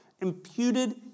Imputed